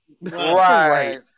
Right